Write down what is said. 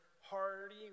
hearty